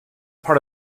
part